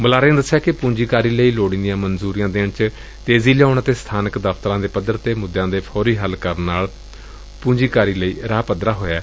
ਬੁਲਾਰੇ ਨੇ ਦਸਿਆ ਕਿ ਪੂੰਜੀਕਾਰੀ ਲਈ ਲੋੜੀਂਦੀਆਂ ਮਨਜੂਰੀਆਂ ਦੇਣ ਚ ਤੇਜ਼ੀ ਲਿਅਉਣ ਅਤੇ ਸਥਾਨਕ ਦਫਤਰਾਂ ਦੇ ਪੱਧਰ ਤੇ ਮੁੱਦਿਆਂ ਦੇ ਫੌਰੀ ਹੱਲ ਕਰਨ ਨਾਲ ਪੁੰਜੀਕਾਰੀ ਲਈ ਰਾਹ ਪੱਧਰਾ ਹੋਇਐ